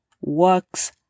works